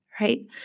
right